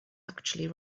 actually